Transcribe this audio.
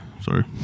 Sorry